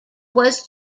was